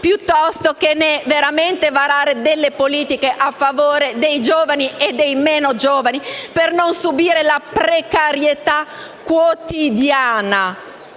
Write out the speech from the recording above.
piuttosto che per varare veramente delle politiche a favore dei giovani e meno giovani per non subire la precarietà quotidiana